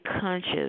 conscious